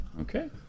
Okay